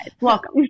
Welcome